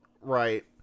Right